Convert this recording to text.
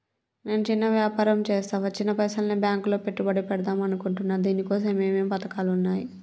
నేను చిన్న వ్యాపారం చేస్తా వచ్చిన పైసల్ని బ్యాంకులో పెట్టుబడి పెడదాం అనుకుంటున్నా దీనికోసం ఏమేం పథకాలు ఉన్నాయ్?